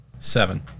Seven